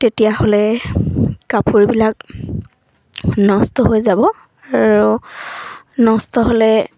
তেতিয়াহ'লে কাপোৰবিলাক নষ্ট হৈ যাব আৰু নষ্ট হ'লে